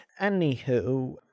Anywho